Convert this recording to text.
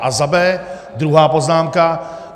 A za b) druhá poznámka.